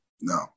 No